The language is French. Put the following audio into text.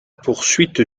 poursuite